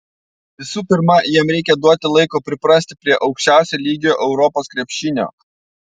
visų pirma jam reikia duoti laiko priprasti prie aukščiausio lygio europos krepšinio